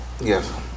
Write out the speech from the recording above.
Yes